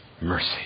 mercy